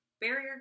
barrier